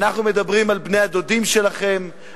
אנחנו מדברים על בני-הדודים שלכם,